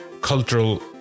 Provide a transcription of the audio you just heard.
cultural